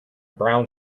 brown